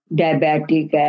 diabetic